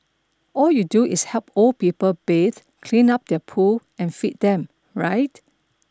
all you do is help old people bathe clean up their poo and feed them right